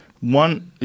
One